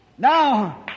Now